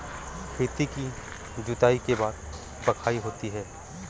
खेती की जुताई के बाद बख्राई होती हैं?